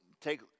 take